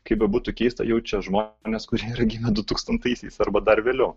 kaip bebūtų keista jaučia žmonės kurie yra gimę dutūkstantaisiais arba dar vėliau